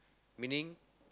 meaning